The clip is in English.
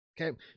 Okay